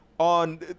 on